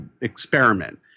experiment